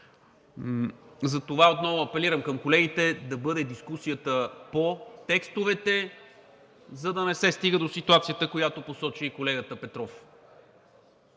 Затова отново апелирам към колегите да бъде дискусията по текстовете, за да не се стига до ситуацията, която посочи и колегата Петров.